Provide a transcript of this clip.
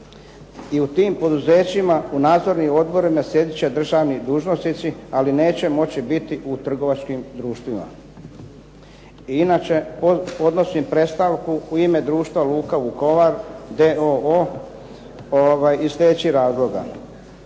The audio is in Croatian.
i u tim poduzećima u nadzornim odborima sjedit će državni dužnosnici, ali neće moći biti u trgovačkim društvima. Inače, podnosim predstavku u ime društva Luka Vukovar d.o.o iz sljedećih razloga.